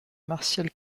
martiale